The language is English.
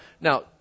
now